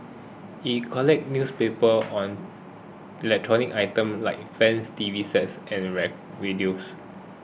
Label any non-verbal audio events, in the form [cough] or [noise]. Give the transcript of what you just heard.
he collects newspapers or electronic items like fans T V sets and [unintelligible] radios